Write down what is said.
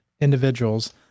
individuals